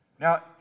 Now